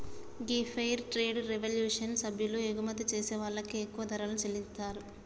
గీ fair trade revolution సభ్యులు ఎగుమతి చేసే వాళ్ళకి ఎక్కువ ధరలను చెల్లితారు